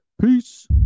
Peace